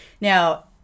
Now